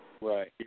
Right